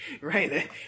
Right